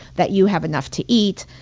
that you have enough to eat.